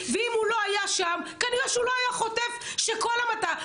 ואם הוא לא היה שם כנראה שהוא לא היה חוטף שכל המטע,